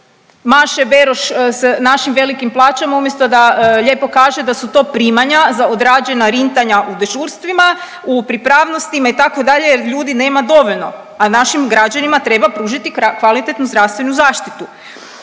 Maše Beroš s našim velikim plaćama umjesto da lijepo kaže da su to primanja za odrađena rintanja u dežurstvima, u pripravnostima itd. jer ljudi nema dovoljno, a našim građanima treba pružiti kvalitetnu zdravstvenu zaštitu.